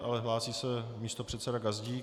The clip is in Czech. Ale hlásí se místopředseda Gazdík.